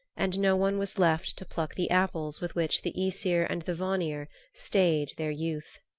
and no one was left to pluck the apples with which the aesir and the vanir stayed their youth.